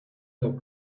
got